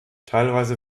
teilweise